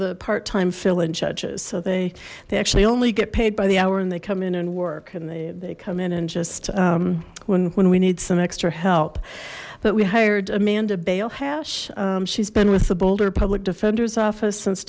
the part time fill in judges so they they actually only get paid by the hour and they come in and work and they they come in and just when we need some extra help but we hired a man to bail hache she's been with the boulder public defender's office since